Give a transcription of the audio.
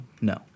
No